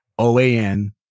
OAN